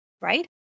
Right